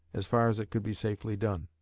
as far as it could be safely done.